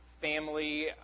family